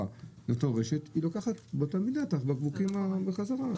לאותה רשת לוקחת באותה מידה את הבקבוקים חזרה.